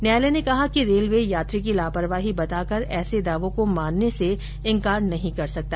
न्यायालय ने कहा कि रेलवे यात्री की लापरवाही बताकर ऐसे दावों को मानने से इंकार नहीं कर सकता